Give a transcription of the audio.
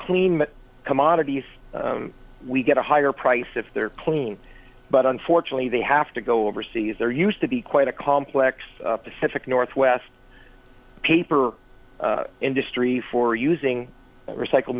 clean commodities we get a higher price if they're clean but unfortunately they have to go overseas they're used to be quite a complex pacific northwest paper industry for using recycle